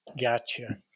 Gotcha